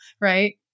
right